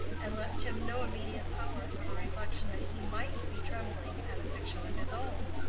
and left him no immediate power for the reflection that he might be trembling at a fiction of his own.